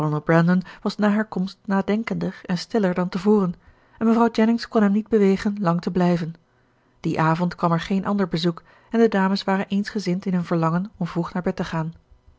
was na haar komst nadenkender en stiller dan te voren en mevrouw jennings kon hem niet bewegen lang te blijven dien avond kwam er geen ander bezoek en de dames waren eensgezind in hun verlangen om vroeg naar bed te gaan